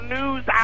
News